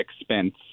expense